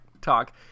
Talk